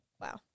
wow